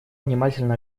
внимательно